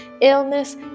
illness